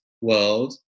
world